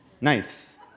Nice